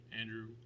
Andrew